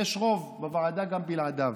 יש רוב בוועדה גם בלעדיו.